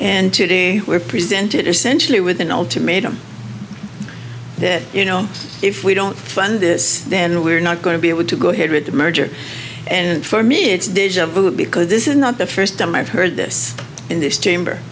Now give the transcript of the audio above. and today we're presented essentially with an ultimatum that you know if we don't fund this then we're not going to be able to go ahead with a merger and for me it's deja vu because this is not the first time i've heard this in this chamber